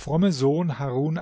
fromme sohn harun